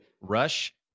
Rush